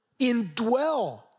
indwell